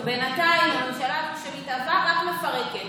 ובינתיים הממשלה הזאת שמתהווה רק מפרקת,